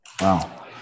Wow